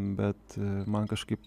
bet man kažkaip